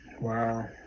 Wow